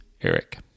Eric